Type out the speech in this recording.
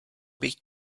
bych